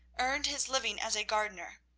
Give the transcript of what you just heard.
earned his living as a gardener.